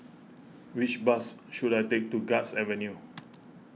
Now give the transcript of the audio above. which bus should I take to Guards Avenue